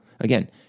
again